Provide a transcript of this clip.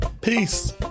peace